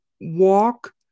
walk